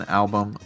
album